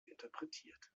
interpretiert